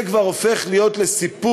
זה כבר הופך להיות לסיפור,